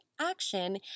action